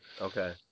Okay